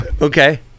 Okay